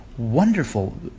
Wonderful